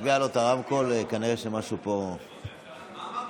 מה אמרת?